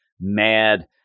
mad